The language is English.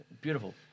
Beautiful